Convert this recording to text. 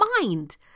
mind